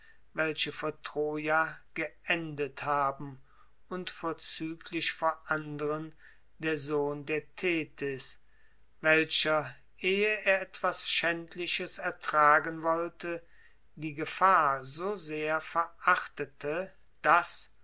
welche vor troia geendet haben und vorzüglich vor andern der sohn der thetis welcher ehe er etwas schändliches ertragen wollte die gefahr so sehr verachtete daß